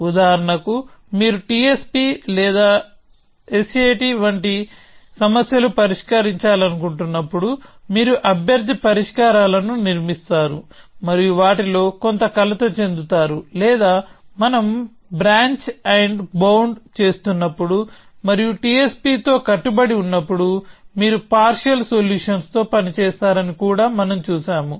ఉదాహరణకు మీరు TSP లేదా SAT వంటి సమస్యలు పరిష్కరించాలనుకున్నప్పుడు మీరు అభ్యర్థి పరిష్కారాలను నిర్మిస్తారు మరియు వాటిలో కొంత కలత చెందుతారు లేదా మనం బ్రాంచ్ అండ్ బౌండ్ చేస్తున్నప్పుడు మరియు TSP తో కట్టుబడి ఉన్నప్పుడు మీరు పార్షియల్ సొల్యూషన్స్ తో పనిచేస్తారని కూడా మనం చూశాము